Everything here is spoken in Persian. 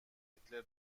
هیتلر